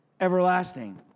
everlasting